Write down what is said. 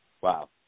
Wow